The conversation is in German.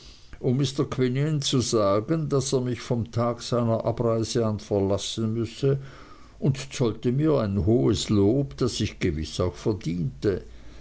quinion zu sagen daß er mich vom tage seiner abreise an verlassen müsse und zollte mir ein hohes lob das ich gewiß auch verdiente